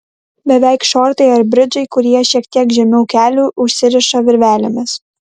beveik šortai ar bridžai kurie šiek tiek žemiau kelių užsiriša virvelėmis